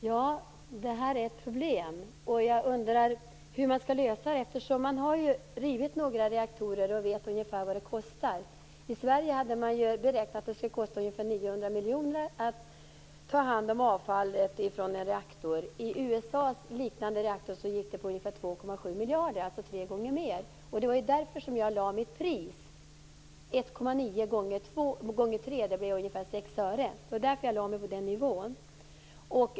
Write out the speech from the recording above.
Fru talman! Det här är ett problem. Jag undrar hur man skall lösa det. Man har ju rivit några reaktorer och vet ungefär vad det kostar. I Sverige hade man beräknat att det skulle kosta ungefär 900 miljoner att ta hand om avfallet från en reaktor. När det gäller USA:s liknande reaktor gick det på ungefär 2,7 miljarder, dvs. tre gånger mer. Därför lade jag fram mitt pris: 1,9 gånger 3. Det blir ungefär 6 öre. Det var därför jag lade mig på den nivån.